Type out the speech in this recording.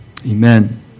Amen